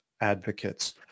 advocates